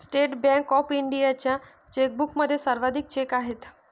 state Bank of इंडियाच्या चेकबुकमध्ये सर्वाधिक चेक आहेत